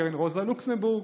קרן רוזה לוקסמבורג,